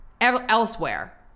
elsewhere